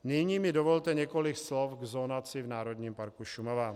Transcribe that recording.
Nyní mi dovolte několik slov k zonaci v Národním parku Šumava.